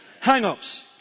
Hang-ups